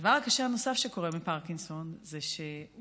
והדבר הקשה הנוסף שקורה בפרקינסון זה שהוא